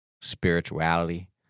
spirituality